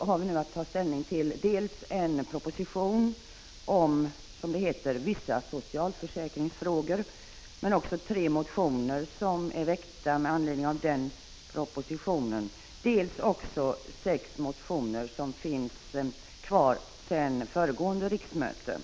har vi nu att ta ställning till dels en proposition om, som det heter, vissa socialförsäkringsfrågor, dels tre motioner som väckts med anledning av propositionen, dels sex motioner som finns kvar sedan föregående riksmöte.